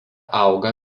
auga